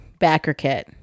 Backerkit